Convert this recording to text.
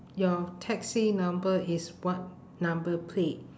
your taxi number is what number plate